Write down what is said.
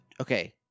Okay